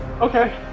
Okay